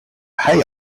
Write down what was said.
hey